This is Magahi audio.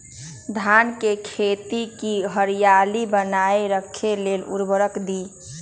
धान के खेती की हरियाली बनाय रख लेल उवर्रक दी?